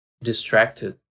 distracted